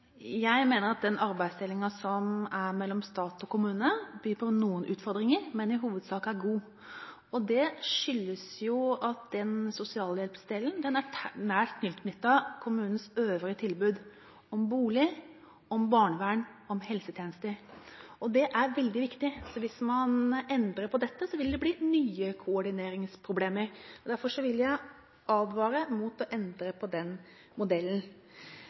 Jeg mener at den arbeidsdelingen som er mellom stat og kommune byr på noen utfordringer, men at den i hovedsak er god. Det skyldes at sosialhjelpsdelen er nært tilknyttet kommunens øvrige tilbud – om bolig, om barnevern, om helsetjenester. Og det er veldig viktig. Hvis man endrer på dette, vil det bli nye koordineringsproblemer. Derfor vil jeg advare mot å endre på den modellen.